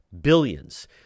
billions